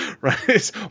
right